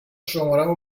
شمارمو